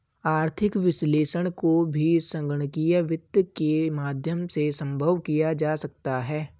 आर्थिक विश्लेषण को भी संगणकीय वित्त के माध्यम से सम्भव किया जा सकता है